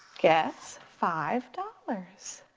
gets five dollars.